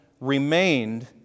remained